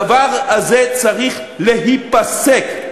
הדבר הזה צריך להיפסק.